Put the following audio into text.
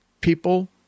people